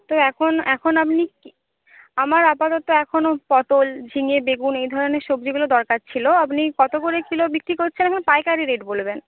তো এখন এখন আপনি আমার আপাতত এখনো পটল ঝিঙে বেগুন এই ধরনের সবজিগুলো দরকার ছিলো আপনি কত করে কিলো বিক্রি করছেন এখন পাইকারি রেট বলবেন